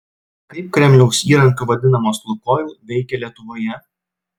kaip kremliaus įrankiu vadinamas lukoil veikė lietuvoje